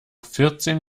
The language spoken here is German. vierzehn